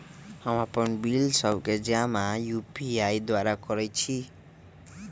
हम अप्पन बिल सभ के जमा यू.पी.आई द्वारा करइ छी